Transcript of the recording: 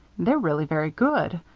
they're really very good,